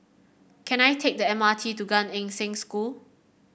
can I take the M R T to Gan Eng Seng School